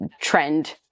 trend